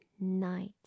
night